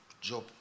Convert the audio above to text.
Job